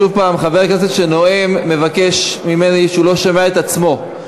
שוב חבר כנסת שנואם אומר לי שהוא לא שומע את עצמו.